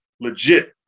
legit